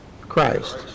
Christ